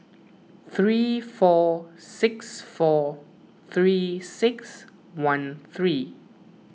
three four six four three six one three